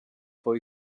foi